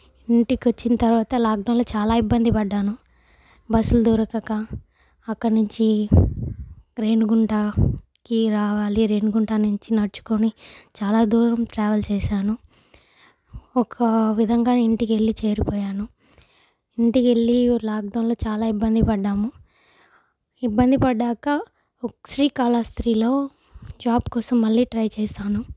ఇంటికి వచ్చిన తర్వాత లాక్డౌన్లో చాలా ఇబ్బంది పడ్డాను బస్సులు దొరకక అక్కడి నుంచి రేణిగుంటకి రావాలి రేణిగుంట నుంచి నడుచుకొని చాలా దూరం ట్రావెల్ చేశాను ఒక విధంగా ఇంటికి వెళ్లి చేరిపోయాను ఇంటికి వెళ్లి లాక్డౌన్లో చాలా ఇబ్బంది పడ్డాము ఇబ్బంది పడ్డాక శ్రీకాళహస్తిలో జాబ్ కోసం మళ్ళీ ట్రై చేశాను